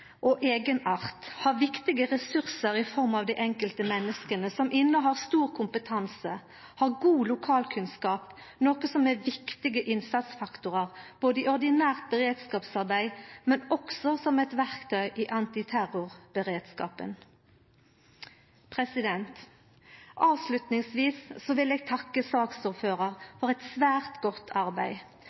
og sin eigenart og har viktige ressursar i form av dei enkelte menneska som sit inne med stor kompetanse og har god lokalkunnskap, noko som både er viktige innsatsfaktorar i ordinært beredskapsarbeid og er eit verktøy i antiterrorberedskapen. Avslutningsvis vil eg takka saksordføraren for eit svært godt arbeid,